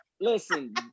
listen